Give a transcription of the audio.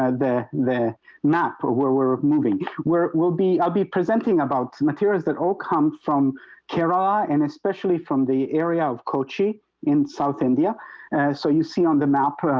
um the the map where we're moving where we'll be i'll be presenting about materials that all come from kerala and especially from the area of kochi in south india so you see on the map?